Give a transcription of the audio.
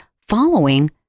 following